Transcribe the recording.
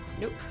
Nope